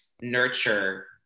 nurture